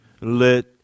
let